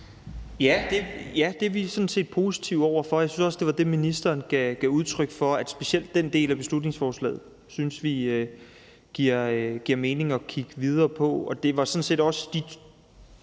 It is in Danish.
Ja, det er vi sådan set positive over for. Jeg synes også, det var det, ministeren gav udtryk for – at specielt den del af beslutningsforslaget synes vi det giver mening at kigge videre på. Det var sådan set også de